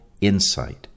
insight